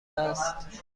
است